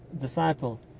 disciple